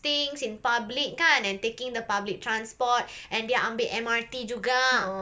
things in public kan and taking the public transport and dia ambil M_R_T juga